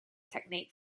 technique